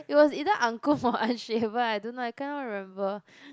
it was either uncouth or unshaven I don't know I cannot remember